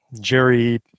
Jerry